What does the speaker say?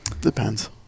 Depends